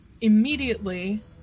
immediately